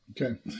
Okay